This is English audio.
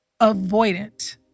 avoidant